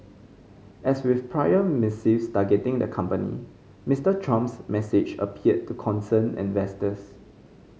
as with prior missives targeting the company Mister Trump's message appeared to concern investors